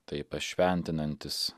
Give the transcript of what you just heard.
tai pašventinantis